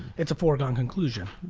it's foregone conclusion.